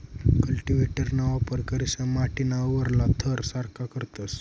कल्टीव्हेटरना वापर करीसन माटीना वरला थर सारखा करतस